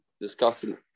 discussing